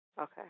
Okay